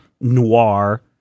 noir